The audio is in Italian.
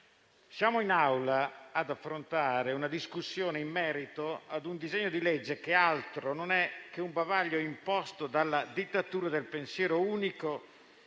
Siamo in Aula ad affrontare una discussione in merito a un disegno di legge che altro non è che un bavaglio imposto dalla dittatura del pensiero unico